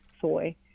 soy